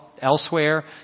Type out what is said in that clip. elsewhere